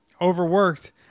Overworked